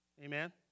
Amen